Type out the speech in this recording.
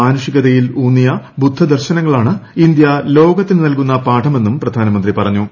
മാനുഷികതയിൽ ഊന്നിയു ബുദ്ധ ദർശനങ്ങളാണ് ഇന്തൃ ലോകത്തിന് നൽകുന്ന പാഠമെന്നൂം പ്രധാനമന്ത്രി പറഞ്ഞു